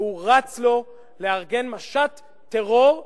והוא רץ לו לארגן משט טרור משלו.